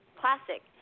classic